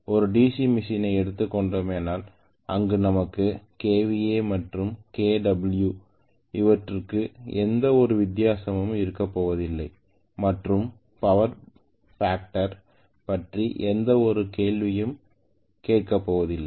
ஒரு டிசி மிஷினை எடுத்துக் கொண்டோமானால் அங்கு நமக்கு கே வி ஏ மற்றும் கே டபிள்யு இவற்றுக்கிடையில் எந்த ஒரு வித்தியாசமும் இருக்கப்போவதில்லை மற்றும் பவர் ஃபேக்டர் பற்றி எந்த ஒரு கேள்வியும் போவதில்லை